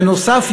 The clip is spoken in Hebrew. בנוסף,